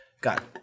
Got